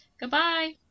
goodbye